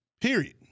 period